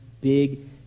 big